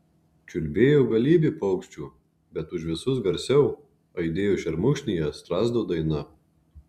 čiulbėjo galybė paukščių bet už visus garsiau aidėjo šermukšnyje strazdo daina